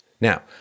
Now